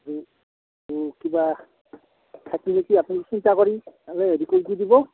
আৰু কিবা থাকিলে আপুনি চিন্তা কৰি কৰি দিব